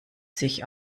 sich